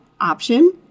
option